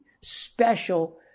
special